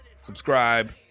subscribe